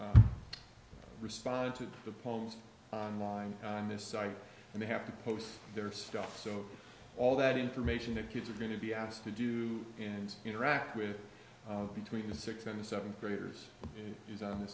respond to the poems on line on this site and they have to post their stuff so all that information that kids are going to be asked to do and interact with between the sixth and seventh graders is on the